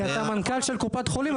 כי אתה מנכ"ל של קופת חולים,